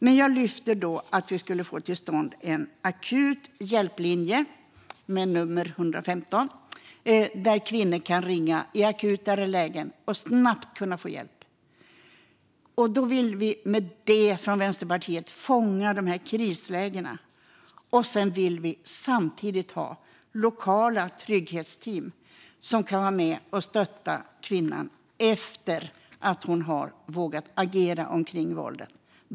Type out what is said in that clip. Men jag vill lyfta fram att vi borde få till stånd en akut hjälplinje, med nummer 115, dit kvinnor kan ringa i akuta lägen och snabbt få hjälp. Vi vill från Vänsterpartiet med det fånga krislägena. Samtidigt vill vi ha lokala trygghetsteam som kan vara med och stötta kvinnan efter att hon har vågat agera rörande våldet.